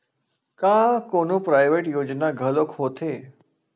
का कोनो प्राइवेट योजना घलोक होथे?